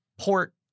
port